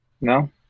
No